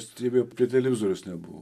stebėjo prie televizoriaus nebuvo